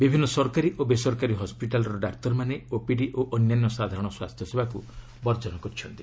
ବିଭିନ୍ନ ସରକାରୀ ଓ ବେସରକାରୀ ହସ୍କିଟାଲ୍ର ଡାକ୍ତରମାନେ ଓପିଡି ଓ ଅନ୍ୟାନ୍ୟ ସାଧାରଣ ସ୍ୱାସ୍ଥ୍ୟସେବାକୁ ବର୍ଜନ କରିଛନ୍ତି